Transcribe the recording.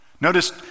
Notice